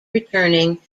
returning